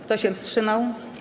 Kto się wstrzymał?